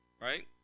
right